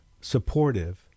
supportive